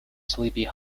sleepy